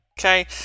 Okay